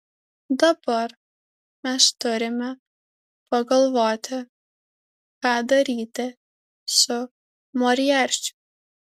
dabar mes turime pagalvoti ką daryti su moriarčiu